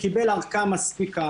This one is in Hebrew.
הוא קיבל ארכה מספיקה,